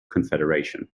confederation